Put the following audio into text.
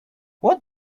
what